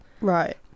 Right